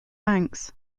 banks